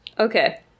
Okay